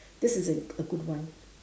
this is a g~ good one